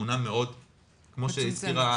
כמו שהזכירה